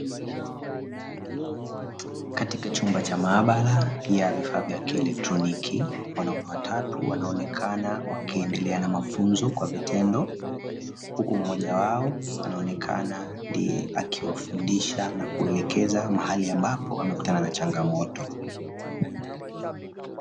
Katika chumba cha maabara ya vifaa vya kielektroniki wanaume watatu wanaonekana wakiendelea na mafunzo kwa vitendo, huku mmoja wao anaonekana ndiye akiwafundisha na kuelekeza mahali ambapo amekutana na changamoto.